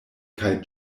kaj